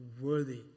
worthy